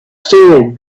still